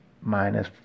minus